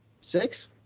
six